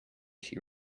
she